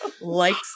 likes